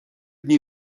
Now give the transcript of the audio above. dni